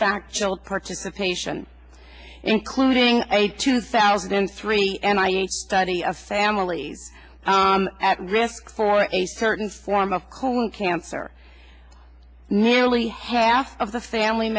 still participation including a two thousand and three and i a study a family at risk for a certain form of colon cancer nearly half of the family